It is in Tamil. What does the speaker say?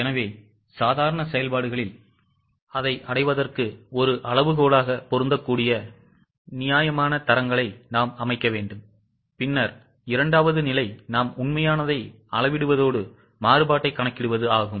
எனவே சாதாரண செயல்பாடுகளில் அதை அடைவதற்கு ஒரு அளவுகோலாக பொருந்தக்கூடிய நியாயமான தரங்களை நாம் அமைக்க வேண்டும் பின்னர் இரண்டாவது நிலை நாம் உண்மையானதை அளவிடுவதோடு மாறுபாட்டைக் கணக்கிடுவதும் ஆகும்